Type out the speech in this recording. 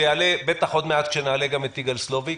ויעלה בטח עוד מעט כשנעלה גם את יגאל סלוביק,